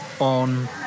on